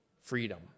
freedom